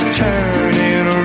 turning